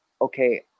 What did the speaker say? okay